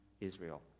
israel